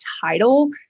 title